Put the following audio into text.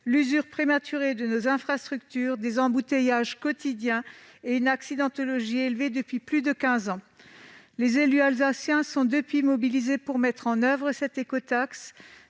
l'usure prématurée de nos infrastructures, des embouteillages quotidiens et une accidentologie élevée depuis plus de quinze ans. Les élus alsaciens sont, depuis lors, mobilisés pour mettre en oeuvre cette écotaxe.